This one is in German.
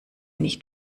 nicht